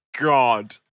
God